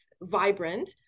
vibrant